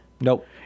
Nope